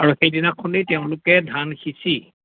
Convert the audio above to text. আৰু সেইদিনাখনেই তেওঁলোকে ধান সিঁচি